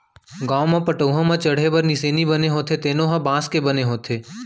गाँव म पटअउहा म चड़हे बर निसेनी बने होथे तेनो ह बांस के बने होथे